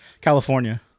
California